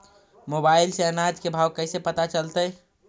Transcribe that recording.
Mobile से अनाज के भाव कैसे पता चलतै?